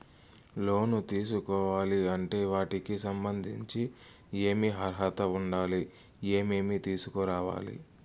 లోను తీసుకోవాలి అంటే వాటికి సంబంధించి ఏమి అర్హత ఉండాలి, ఏమేమి తీసుకురావాలి